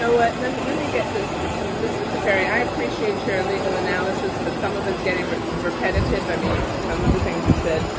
ah let and and but let me get this mr. ciferri. i appreciate your legal analysis, but some of it's getting and repetitive. i mean, some of the things you've said